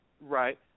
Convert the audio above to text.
Right